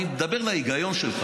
אני מדבר להיגיון שלך,